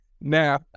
now